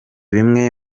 bimwe